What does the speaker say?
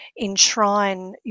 enshrine